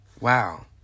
Wow